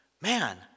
Man